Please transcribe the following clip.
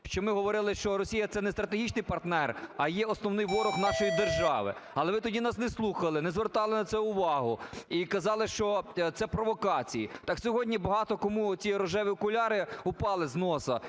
що ми говорили, що Росія це не стратегічний партнер, а є основний ворог нашої держави. Але ви тоді нас не слухали, не звертали на це увагу і казали, що це провокації. Так сьогодні багато кому ці рожеві окуляри упали з носа